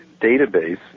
database